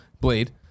Blade